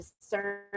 discern